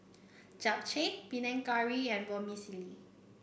Japchae Panang Curry and Vermicelli